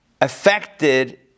affected